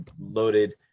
loaded